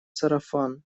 сарафан